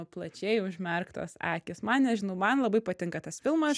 plačiai užmerktos akys man nežinau man labai patinka tas filmas